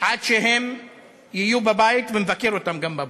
עד שהם יהיו בבית, ונבקר אותם גם בבית.